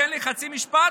תן לי חצי משפט,